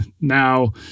Now